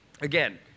Again